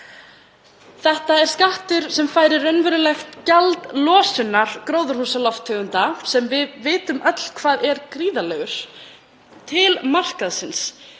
Þetta er skattur sem færir raunverulegt gjald losunar gróðurhúsalofttegunda, sem við vitum öll hvað er gríðarleg, til markaðarins,